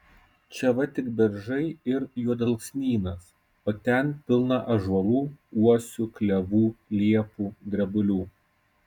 čia va tik beržai ir juodalksnynas o ten pilna ąžuolų uosių klevų liepų drebulių